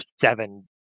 seven